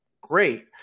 great